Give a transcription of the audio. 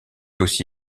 aussi